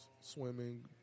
swimming